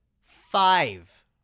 Five